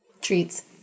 Treats